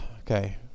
Okay